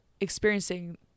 experiencing